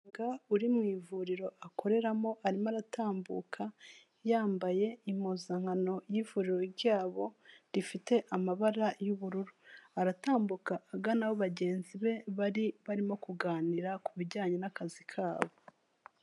Ga uri mu ivuriro akoreramo arimo aratambuka yambaye impuzankano y'ivuriro ryabo rifite amabara y'ubururu, aratambuka agana aho bagenzi be bari barimo kuganira ku bijyanye n'akazi kabo.